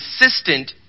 consistent